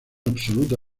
absoluta